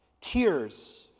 tears